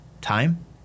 time